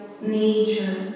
nature